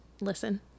listen